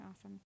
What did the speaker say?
awesome